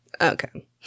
Okay